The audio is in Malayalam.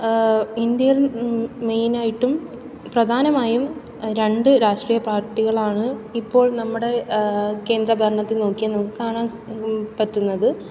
ഇന്ത്യയിൽ മെയിനായിട്ടും പ്രധാനമായും രണ്ട് രാഷ്ട്രീയ പാർട്ടികളാണ് ഇപ്പോൾ നമ്മുടെ കേന്ദ്ര ഭരണത്തിൽ നോക്കിയ നമുക്ക് കാണാൻ പറ്റ്ന്നത്